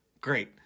great